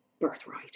birthright